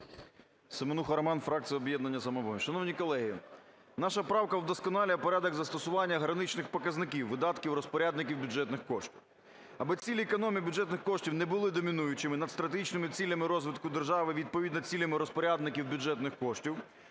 Семенуха Роман, фракція "Об'єднання "Самопоміч". Шановні колеги, наша правка вдосконалює порядок застосування граничних показників видатків розпорядників бюджетних коштів. Аби цілі економії бюджетних коштів не були домінуючими над стратегічними цілями розвитку держави, відповідно цілями розпорядників бюджетних коштів,